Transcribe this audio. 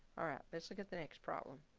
all right, let's look at the next problem.